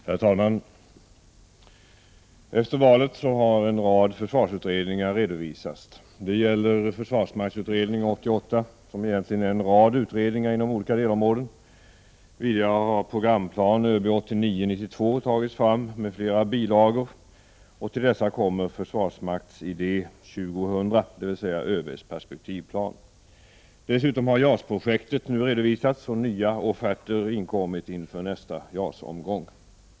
Herr talman! Efter valet har en rad försvarsutredningar redovisats, t.ex. Försvarsmaktsutredning 88 som egentligen är en rad utredningar inom olika delområden. Vidare har Programplan ÖB 89-92 tagits fram med flera bilagor. Till dessa kommer Försvarsmaktsidé 20-hundra, dvs. ÖB:s perspektivplan. Dessutom har JAS-projektet nu redovisats och nya offerter inkommit inför nästa JAS-omgång.